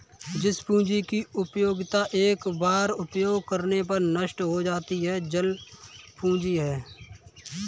जिस पूंजी की उपयोगिता एक बार उपयोग करने पर नष्ट हो जाती है चल पूंजी है